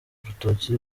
urutoki